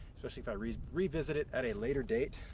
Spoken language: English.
especially if i revisit revisit it at a later date.